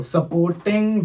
Supporting